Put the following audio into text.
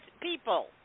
people